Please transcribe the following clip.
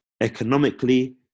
economically